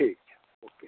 ठीक छै ओके